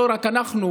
לא רק אנחנו,